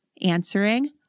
answering